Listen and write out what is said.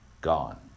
Gone